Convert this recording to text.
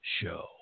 show